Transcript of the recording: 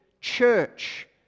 church